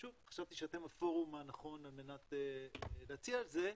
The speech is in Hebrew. שוב, חשבתי שאתם הפורום הנכון על מנת להציע את זה,